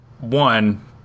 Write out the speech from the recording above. one